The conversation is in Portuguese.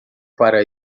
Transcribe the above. para